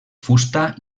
fusta